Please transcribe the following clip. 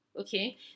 Okay